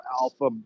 alpha